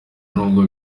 n’ubwo